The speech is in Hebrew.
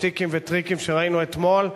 לשטיקים וטריקים שראינו אתמול.